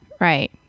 Right